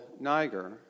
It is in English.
Niger